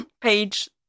page